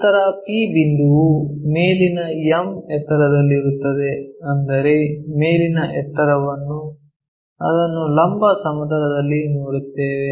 ನಂತರ P ಬಿಂದುವು ಮೇಲಿನ m ಎತ್ತರದಲ್ಲಿರುತ್ತದೆ ಅಂದರೆ ಮೇಲಿನ ಎತ್ತರವನ್ನು ಅದನ್ನು ಲಂಬ ಸಮತಲದಲ್ಲಿ ನೋಡುತ್ತೇವೆ